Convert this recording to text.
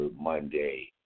Monday